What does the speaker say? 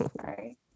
Sorry